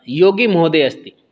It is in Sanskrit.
योगीमहोदयः अस्ति